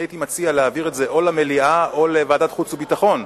להעביר את זה למליאה או לוועדת החוץ והביטחון.